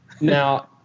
Now –